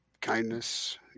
kindness